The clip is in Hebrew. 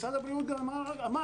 משרד הבריאות אמר